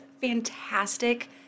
fantastic